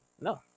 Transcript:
No